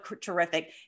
terrific